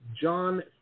John